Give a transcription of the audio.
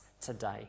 today